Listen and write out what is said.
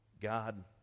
God